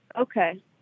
Okay